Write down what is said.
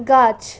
গাছ